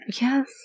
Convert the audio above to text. Yes